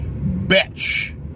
bitch